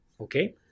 okay